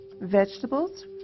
vegetables